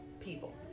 people